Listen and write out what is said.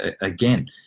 Again